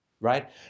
Right